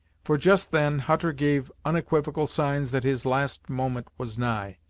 for, just then, hutter gave unequivocal signs that his last moment was nigh.